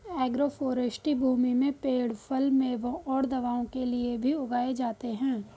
agroforestry भूमि में पेड़ फल, मेवों और दवाओं के लिए भी उगाए जाते है